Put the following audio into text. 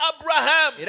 Abraham